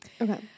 Okay